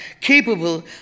capable